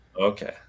okay